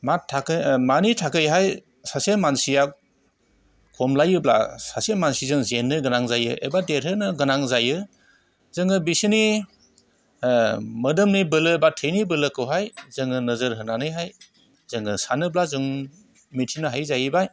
मानि थाखैहाय सासे मानसिया खमलायोब्ला सासे मानसिजों जेननो गोनां जायो एबा देरहानो गोनां जायो जोङो बिसिनि मोदोमनि बोलो बा थैनि बोलोखौहाय जोङो नोजोर होनानैहाय जोङो सानोब्ला जों मिथिनो हायो जाहैबाय